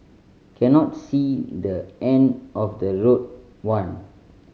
cannot see the end of the road one